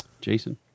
Jason